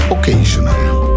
Occasionally